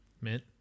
Mint